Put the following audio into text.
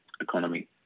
economy